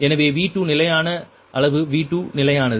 எனவே V2 நிலையான அளவு V2 நிலையானது